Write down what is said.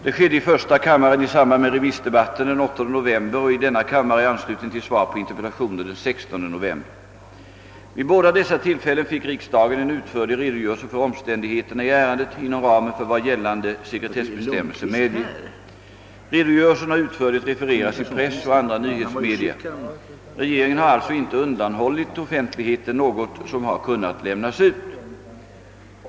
Det skedde i första kammaren i samband med remissdebatten den 8 november och i denna kammare i anslutning till svar på interpellationer den 16 november. Vid båda dessa tillfällen fick riksdagen en utförlig redo görelse för omständigheterna i ärendet inom ramen för vad gällande sekretessbestämmelser medger. Redogörelsen har utförligt refererats i press och andra nyhetsmedia. Regeringen har alltså inte undanhållit offentligheten något som har kunnat lämnas ut.